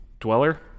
dweller